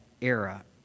era